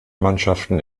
mannschaften